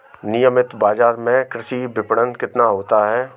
नियमित बाज़ार में कृषि विपणन कितना होता है?